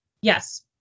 yes